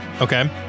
Okay